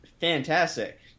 fantastic